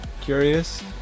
Curious